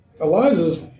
Eliza's